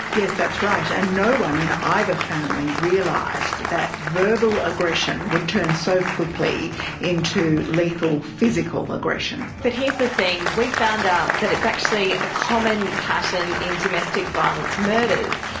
yes, that's right, and no one in either family expected that verbal aggression would turn so quickly into lethal physical aggression. but here's the thing, we found out that it's actually a common pattern in domestic violence murders.